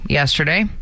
yesterday